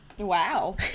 Wow